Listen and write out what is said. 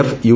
F U